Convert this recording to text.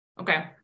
okay